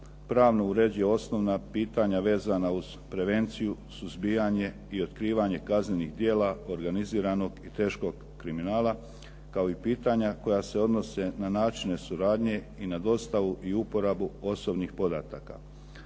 pravno uređuje osnovna pitanja vezana uz prevenciju, suzbijanje i otkrivanje kaznenih djela organiziranog i teškog kriminala, kao i pitanja koja se odnose na načine suradnje i na dostavu i uporabu osobnih podataka.